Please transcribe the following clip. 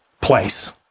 place